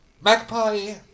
Magpie